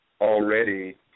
Already